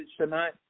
tonight